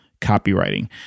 copywriting